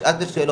נשאל את השאלות,